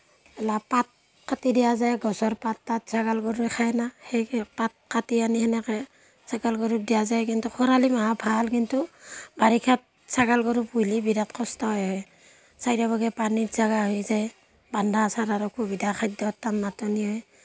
এলা পাত কাটি দিয়া যায় গছৰ পাত তাত ছাগাল গৰুৱে খাই না সেই কেই পাত কাটি আনি সেনেকৈ ছাগাল গৰুক দিয়া যায় কিন্তু খৰালি মাহত ভাল কিন্তু বাৰিষাত ছাগাল গৰু পুহিলে বিৰাট কষ্ট হয় চাৰিও বাগে পানীৰ জেগা হৈ যায় বন্ধা চন্ধাৰো অসুবিধা খাদ্যক টনা টনি হয়